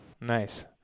Nice